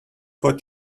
what